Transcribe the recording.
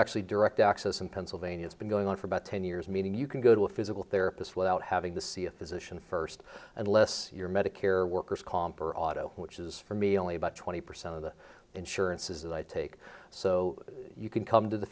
actually direct access in pennsylvania it's been going on for about ten years meaning you can go to a physical therapist without having to see a physician first unless your medicare worker's comp or auto which is for me only about twenty percent of the insurances that i take so you can come to the